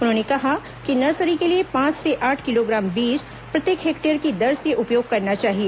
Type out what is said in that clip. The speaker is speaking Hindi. उन्होंने कहा कि नर्सरी के लिए पांच से आठ किलोग्राम बीज प्रति हेक्टेयर की दर से उपयोग करना चाहिए